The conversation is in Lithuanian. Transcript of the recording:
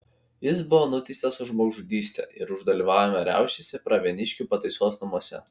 jis buvo nuteistas už žmogžudystę ir už dalyvavimą riaušėse pravieniškių pataisos namuose